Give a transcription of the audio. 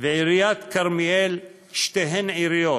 ועיריית כרמיאל שתיהן עיריות.